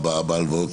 בהלוואות.